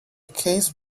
case